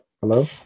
Hello